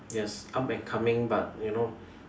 yes up and coming but you know